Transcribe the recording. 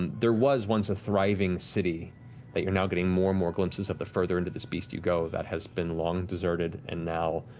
and there was once a thriving city that you're now getting more more glimpses of the further into this beast you go that has been long deserted and now,